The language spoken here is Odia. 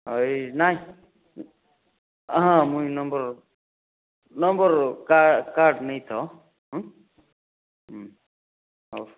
ହଇ ନାଇଁ ହଁ ମୁଇଁ ନମ୍ବର ନମ୍ବର କାର୍ଡ କାର୍ଡ ନେଇଥାଅ ହଉ